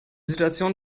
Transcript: situation